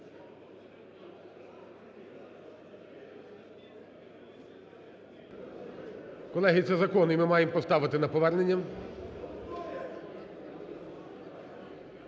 Колеги, це закон, і ми маємо поставити на повернення.